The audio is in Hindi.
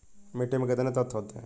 मिट्टी में कितने तत्व होते हैं?